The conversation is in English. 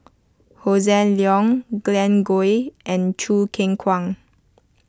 Hossan Leong Glen Goei and Choo Keng Kwang